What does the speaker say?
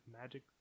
magic